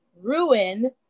ruin